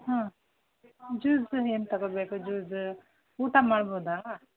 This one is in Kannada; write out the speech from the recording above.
ಹಾಂ ಜ್ಯೂಸು ಏನು ತಗೋಬೇಕು ಜ್ಯೂಸ್ ಊಟ ಮಾಡ್ಬೋದಾ